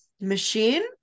machine